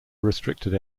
restricted